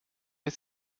ist